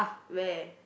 where